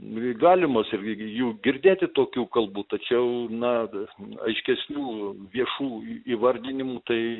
dvi galimos ir jų girdėti tokių kalbų tačiau būna vis aiškesnių viešųjų įvardinimų tai